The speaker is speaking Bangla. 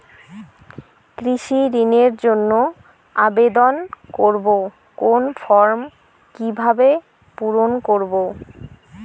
কৃষি ঋণের জন্য আবেদন করব কোন ফর্ম কিভাবে পূরণ করব?